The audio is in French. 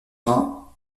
brain